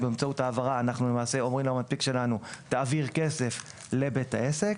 אנחנו אומרים למנפיק שלנו: "תעביר כסף לבית העסק".